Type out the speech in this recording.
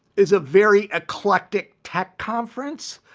it's a very eclectic tech conference.